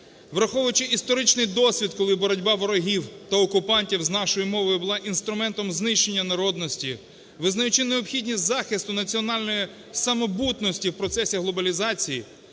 враховуючи історичний досвід, коли боротьба ворогів та окупантів з нашою мовою була інструментом знищення народності, визнаючи необхідність захисту національної самобутності в процесі глобалізації,